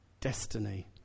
destiny